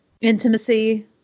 intimacy